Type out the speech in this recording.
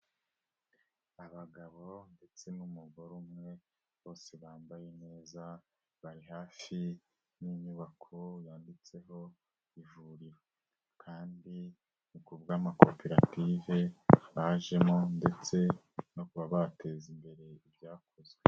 Abagabo ndetse n'umugore umwe bose bambaye neza bari hafi y'inyubako yanditseho ivuriro, kandi ni kubw'amakoperative bajemo ndetse no kuba bateza imbere ibyakozwe.